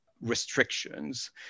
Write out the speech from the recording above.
restrictions